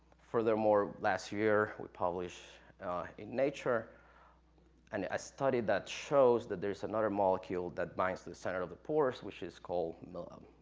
furthermore, last year, we in nature and a study that shows that there's another molecule that binds to the center of the pores, which is called, um,